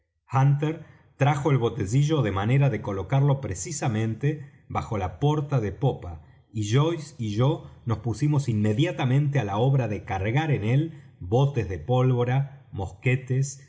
hunter trajo el botecillo de manera de colocarlo precisamente bajo la porta de popa y joyce y yo nos pusimos inmediatamente á la obra de cargar en él botes de pólvora mosquetes